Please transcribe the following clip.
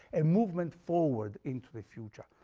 a movement forward into the future.